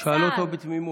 הוא שאל אותו בתמימות.